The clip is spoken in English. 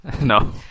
No